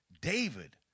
David